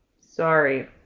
sorry